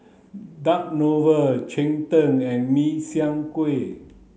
duck cheng tng and min chiang kueh